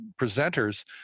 presenters